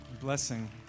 Blessing